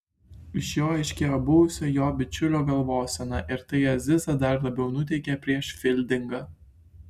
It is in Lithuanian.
iš jo aiškėjo buvusio jo bičiulio galvosena ir tai azizą dar labiau nuteikė prieš fildingą